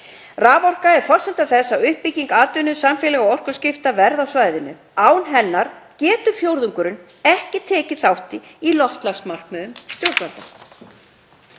Raforka er forsenda þess að uppbygging atvinnu og samfélaga og orkuskipti verði á svæðinu. Án hennar getur fjórðungurinn ekki tekið þátt í loftslagsmarkmiðum